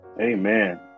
amen